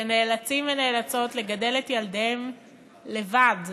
שנאלצים ונאלצות לגדל את ילדיהם לבד,